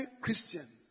Christian